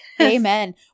amen